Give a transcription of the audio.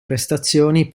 prestazioni